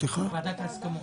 ועדת ההסכמות.